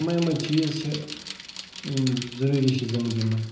اِمَے اِمَے چیٖز چھِ یِم ضٔروٗری چھِ زنٛدگی منٛز